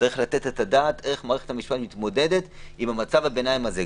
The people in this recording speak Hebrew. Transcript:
צריך לתת את הדעת איך מערכת המשפט מתמודדת עם מצב הביניים הזה,